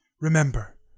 remember